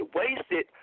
wasted